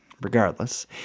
regardless